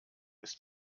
ist